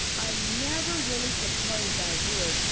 i never really supposed i would,